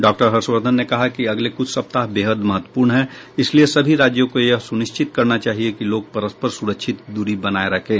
doctor Harshvardhan ने कहा कि अगले कुछ सप्ताह बेहद महत्वपूर्ण है इसलिए सभी राज्यों को यह सुनिश्चित करना चाहिए की लोग परस्पर सुरक्षित दूरी बनाये रखे